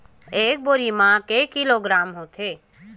एक बोरी म के किलोग्राम होथे?